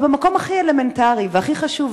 אבל במקום הכי אלמנטרי והכי חשוב,